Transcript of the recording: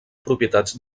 propietats